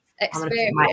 experience